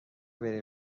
بریم